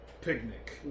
picnic